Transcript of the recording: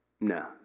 No